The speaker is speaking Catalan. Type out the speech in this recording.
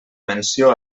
menció